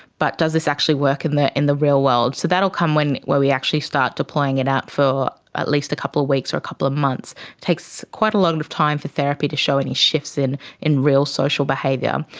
but does this actually work in the in the real world? so that will come when we actually start deploying it out for at least a couple of weeks or a couple of months. it takes quite a lot and of time for therapy to show any shifts in in real social behaviour.